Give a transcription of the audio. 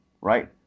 right